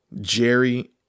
Jerry